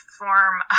form